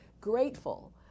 Grateful